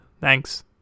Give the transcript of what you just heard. Thanks